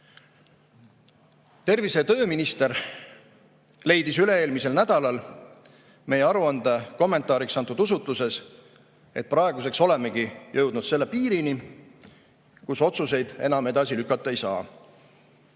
Tervise- ja tööminister leidis üle-eelmisel nädalal meie aruande kommentaariks antud usutluses, et praeguseks olemegi jõudnud selle piirini, kus otsuseid enam edasi lükata ei saa.